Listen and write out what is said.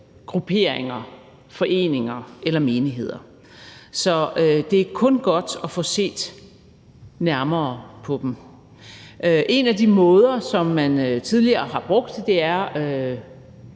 grupperinger, foreninger eller menigheder. Så det er kun godt at få set nærmere på dem. En af de ting, som man tidligere har brugt, er